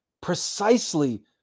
precisely